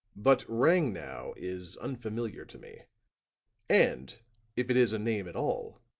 but rangnow is unfamiliar to me and if it is a name at all,